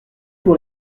pour